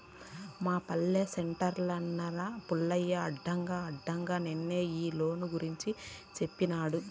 మా పల్లె సెంటర్లున్న పుల్లయ్య అడగ్గా అడగ్గా నిన్నే ఈ లోను గూర్చి సేప్పినాడు